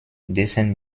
dessen